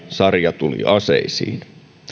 sarjatuliaseisiin